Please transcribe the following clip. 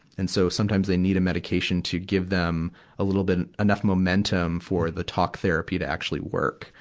and so sometimes they need a medication to give them a little bit, enough momentum for the talk therapy to actually work,